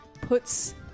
puts